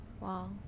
Wow